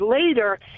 later